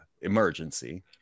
Emergency